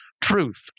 truth